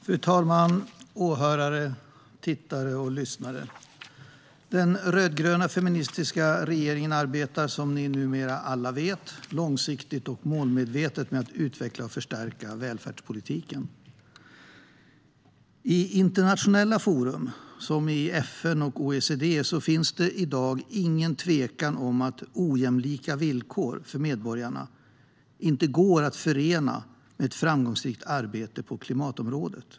Fru talman! Åhörare, tittare och lyssnare! Den rödgröna feministiska regeringen arbetar, som ni numera alla vet, långsiktigt och målmedvetet med att utveckla och förstärka välfärdspolitiken. I internationella forum, som FN och OECD, finns det i dag ingen tvekan om att ojämlika villkor för medborgarna inte går att förena med ett framgångsrikt arbete på klimatområdet.